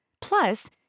Plus